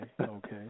okay